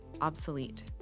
obsolete